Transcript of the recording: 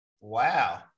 Wow